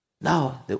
Now